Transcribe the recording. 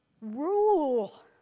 rule